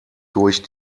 durch